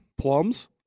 Plums